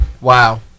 Wow